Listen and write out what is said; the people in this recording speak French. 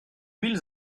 villes